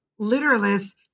literalists